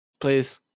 Please